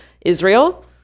Israel